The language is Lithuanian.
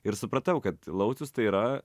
ir supratau kad laucius tai yra